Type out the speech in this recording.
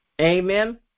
Amen